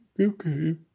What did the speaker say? Okay